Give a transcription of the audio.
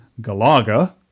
Galaga